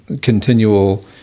continual